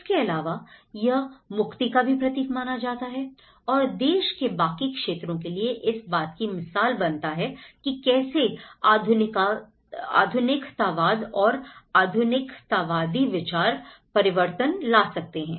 इसके अलावा यह मुक्ति का भी प्रतीक माना जाता है और देश के बाकी क्षेत्रों के लिए इस बात की मिसाल बनता है कि कैसे आधुनिकतावाद और आधुनिकतावादी विचार परिवर्तन ला सकते हैं